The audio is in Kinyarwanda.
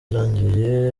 irangiye